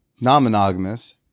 non-monogamous